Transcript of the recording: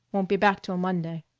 won't be back till monday.